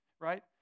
right